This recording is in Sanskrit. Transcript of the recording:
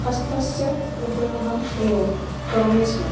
हस्तस्य उपयोगम् एव करोमि स्म